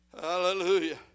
Hallelujah